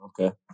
Okay